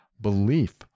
belief